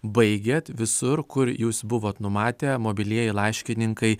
baigėt visur kur jūs buvot numatę mobilieji laiškininkai